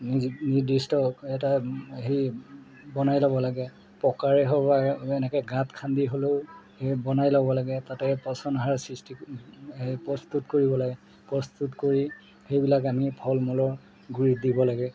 নি নিৰ্দিষ্ট এটা হেৰি বনাই ল'ব লাগে পকাৰে হওক বা এনেকৈ গাঁত খান্দি হ'লেও সেই বনাই ল'ব লাগে তাতে পচন সাৰ সৃষ্টি সেই প্ৰস্তুত কৰিব লাগে প্ৰস্তুত কৰি সেইবিলাক আমি ফল মূলৰ গুৰিত দিব লাগে